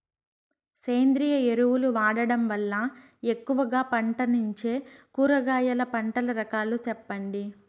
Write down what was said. సేంద్రియ ఎరువులు వాడడం వల్ల ఎక్కువగా పంటనిచ్చే కూరగాయల పంటల రకాలు సెప్పండి?